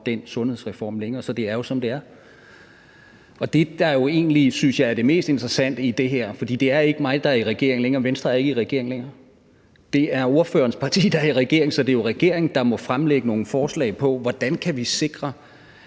den sundhedsreform længere, så det er jo, som det er. Det, jeg jo egentlig synes er det meste interessante i det her – for det er ikke mig, der er i regering længere; Venstre er ikke i regering længere – er, at det er ordførerens parti, der sidder i regering, så det er jo regeringen, der må fremlægge nogle forslag til, hvordan vi kan sikre,